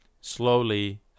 slowly